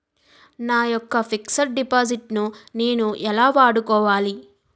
నా యెక్క fixed deposit ను నేను ఎలా వాడుకోవాలి?